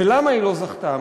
ולמה היא לא זכתה?